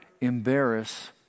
embarrass